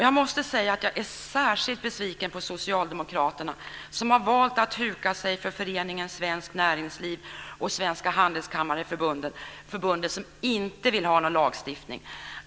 Jag måste säga att jag är särskilt besviken på Socialdemokraterna, som har valt att huka sig för Föreningen Svenskt Näringsliv och Svenska Handelskammareförbundet som inte vill ha någon lagstiftning.